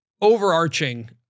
overarching